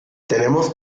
tenemos